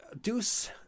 Deuce